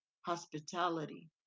hospitality